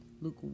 Luke